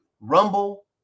Rumble